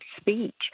speech